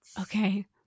Okay